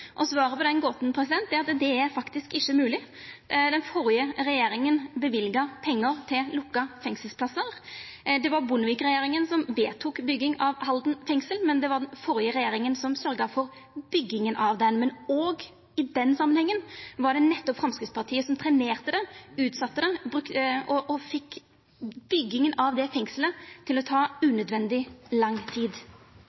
Svaret på den gåta er at det faktisk ikkje er mogleg. Den førre regjeringa løyvde pengar til lukka fengselsplassar. Det var Bondevik-regjeringa som vedtok bygging av Halden fengsel, men det var den førre regjeringa som sørgde for bygginga av det. Òg i den samanhengen var det nettopp Framstegspartiet som trenerte det, utsette det og fekk bygginga av det fengselet til å ta